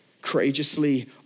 courageously